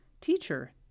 Teacher